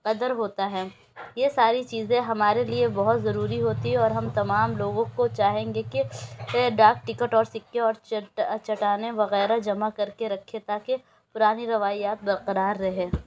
قدر ہوتا ہے یہ ساری چیزیں ہمارے لیے بہت ضروری ہوتی ہیں اور ہم تمام لوگوں کو چاہیں گے کہ ڈاک ٹکٹ اور سکے اور چٹانیں وغیرہ جمع کرکے رکھے تاکہ پرانی روایات برقرار رہے